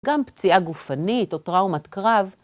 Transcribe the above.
גם פציעה גופנית או טראומת קרב.